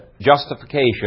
justification